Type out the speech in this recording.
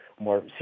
more